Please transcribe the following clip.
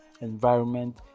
environment